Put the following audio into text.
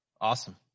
Awesome